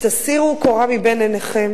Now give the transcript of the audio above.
תסירו קורה מבין עיניכם